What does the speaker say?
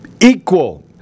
Equal